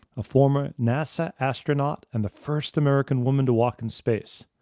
a former nasa astronaut and the first american woman to walk in space.